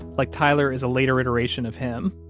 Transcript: like tyler is a later iteration of him.